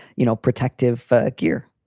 you know, protective gear.